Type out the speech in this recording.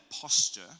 posture